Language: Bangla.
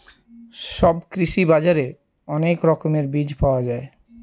সব কৃষি বাজারে অনেক রকমের বীজ পাওয়া যায়